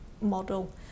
model